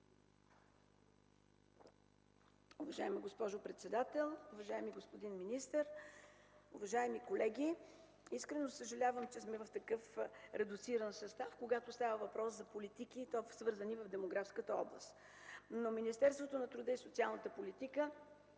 Уважаема госпожо председател, уважаеми господин министър, уважаеми колеги! Искрено съжалявам, че сме в такъв редуциран състав, когато става въпрос за политики, и то свързани с демографската област. Министерството на труда и социалната политика